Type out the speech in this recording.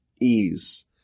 ease